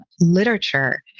literature